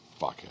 fuckhead